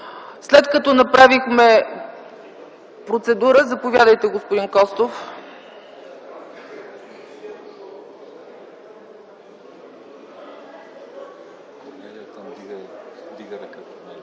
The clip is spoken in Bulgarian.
След като направихме ... Процедура. Заповядайте, господин Костов.